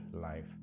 life